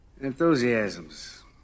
enthusiasms